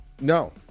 No